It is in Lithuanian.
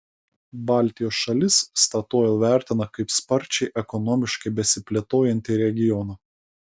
baltijos šalis statoil vertina kaip sparčiai ekonomiškai besiplėtojantį regioną